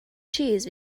cheese